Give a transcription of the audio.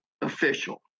official